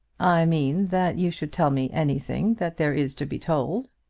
i mean that you should tell me anything that there is to be told.